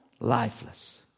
lifeless